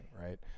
right